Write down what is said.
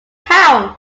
town